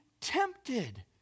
tempted